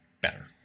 better